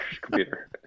computer